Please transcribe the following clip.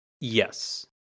yes